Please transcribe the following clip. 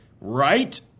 Right